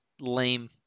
lame